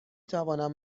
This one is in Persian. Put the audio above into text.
توانم